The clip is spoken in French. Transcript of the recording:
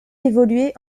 évolué